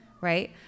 right